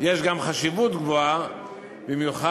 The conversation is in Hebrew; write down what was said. על כך יש גם חשיבות גבוהה במיוחד